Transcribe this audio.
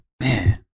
man